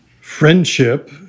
Friendship